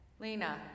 Lena